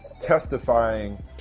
testifying